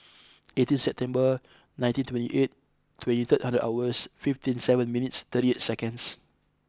eighteenth September nineteen twenty eight twenty three third hours fifty seven minutes thirty eight seconds